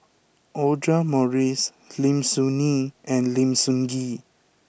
Audra Morrice Lim Soo Ngee and Lim Sun Gee